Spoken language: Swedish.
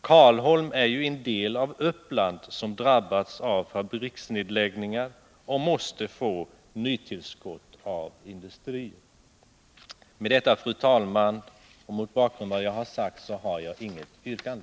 Karlholm är ju en del av Uppland, som drabbats av fabriksnedläggningar och måste få nytillskott av industrier. Fru talman! Mot bakgrund av vad jag sagt har jag inget yrkande.